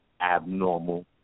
abnormal